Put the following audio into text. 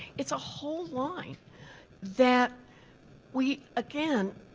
it's a whole line that we, again,